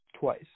twice